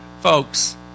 Folks